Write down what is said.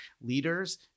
leaders